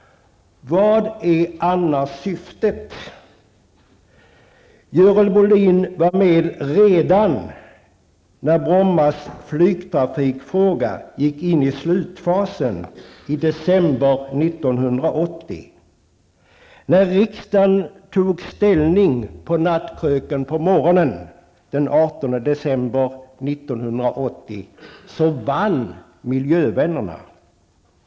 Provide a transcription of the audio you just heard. Vad är annars syftet? Görel Bohlin var med redan när frågan om flygtrafik på Bromma gick in i slutfasen i december 18 december 1980 vann miljövännerna.